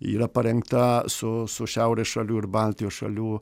yra parengta su su šiaurės šalių ir baltijos šalių